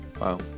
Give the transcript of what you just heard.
Wow